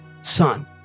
son